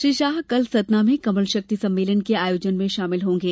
श्री शाह कल सतना में कमल शक्ति सम्मेलन के आयोजन में शामिल होंगे